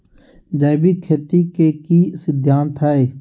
जैविक खेती के की सिद्धांत हैय?